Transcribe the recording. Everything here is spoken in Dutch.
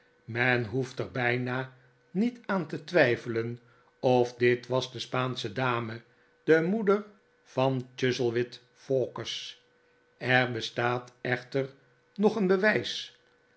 men hqeft er bijna niet aan te twijfelen of dit was de spaansche dame de moeder van chuzzlewit fawkes er bestaat echter nog een bewijs